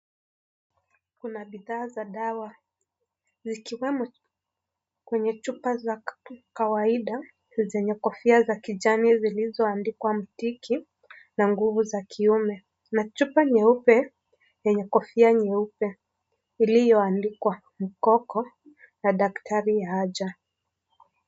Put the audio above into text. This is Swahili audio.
Kuna bidhaa za dawa, zikiwemo kwenye chupa za kawaida zenye kofia za kijamii zilizoandikwa mtiki na nguvu za kiume na chupa nyeupe, yenye kofia nyeupe iliyoandikwa mkoko na daktari haja.